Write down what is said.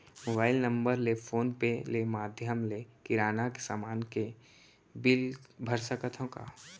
Mobile number ले phone पे ले माधयम ले किराना समान के बिल भर सकथव का?